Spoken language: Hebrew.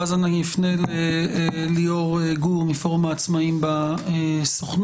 ואז אפנה לליאור גור מפורום העצמאים בהסתדרות.